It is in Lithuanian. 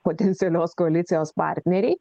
potencialios koalicijos partneriai